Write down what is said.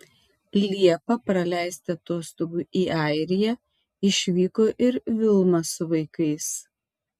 liepą praleisti atostogų į airiją išvyko ir vilma su vaikais